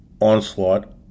onslaught